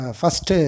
first